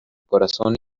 corazón